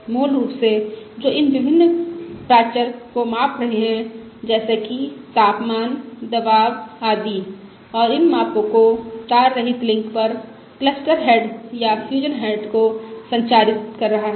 मूल रूप से जो इन विभिन्न प्राचरो को माप रहे है जैसे कि तापमान दबाव आदि और इन मापो को तार रहित लिंक पर क्लस्टर हेड या फ्यूजन सेंटर को संचारित कर रहा है